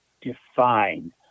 define